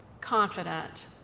confident